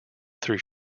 through